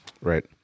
Right